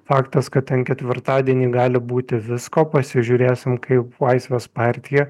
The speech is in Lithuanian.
faktas kad ten ketvirtadienį gali būti visko pasižiūrėsim kaip laisvės partija